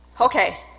Okay